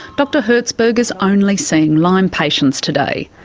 dr herzberg is only seeing lyme patients today.